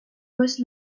was